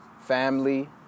family